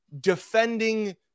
defending